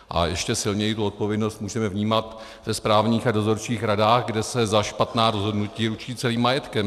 A ještě silněji tu odpovědnost můžeme vnímat ve správních a dozorčích radách, kde se za špatná rozhodnutí ručí celým majetkem.